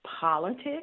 politics